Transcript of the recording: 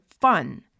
fun